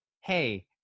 hey